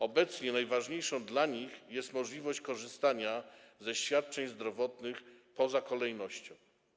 Obecnie najważniejsza dla nich jest możliwość korzystania ze świadczeń zdrowotnych poza kolejnością.